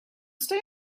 stay